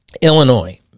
Illinois